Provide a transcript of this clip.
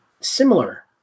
similar